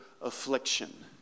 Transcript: affliction